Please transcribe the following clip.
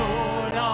Lord